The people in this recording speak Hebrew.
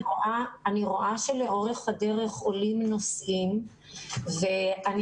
תראה אני רואה שלאורך הדרך עולים נושאים ואני